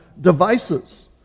devices